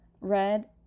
Red